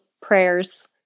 prayers